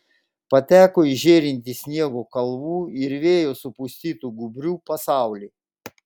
pateko į žėrintį sniego kalvų ir vėjo supustytų gūbrių pasaulį